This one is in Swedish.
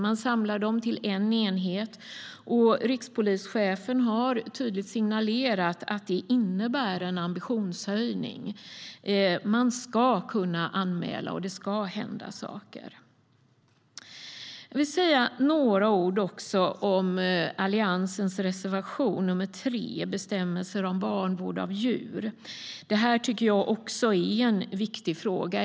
Brotten samlas till en enhet, och rikspolischefen har tydligt signalerat att det innebär en ambitionshöjning. Man ska kunna anmäla, och det ska hända saker. Jag vill också säga några ord om Alliansens reservation 3, Bestämmelser om vanvård av djur. Det här tycker jag också är en viktig fråga.